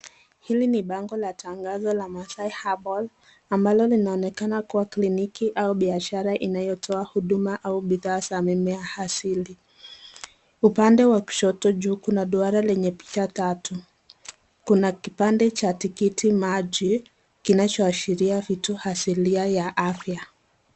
Hili ni bango la tangazo la Masai Herbal ambalo linaonekana kuwa kliniki au biashara inayotoa huduma au bidhaa za mimea asili, upande wa kushoto juu kuna duara lenye picha tatu, kuna kipande cha tikiti maji kinachoashiria vitu asilia ya afya.